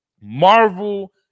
Marvel